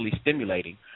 stimulating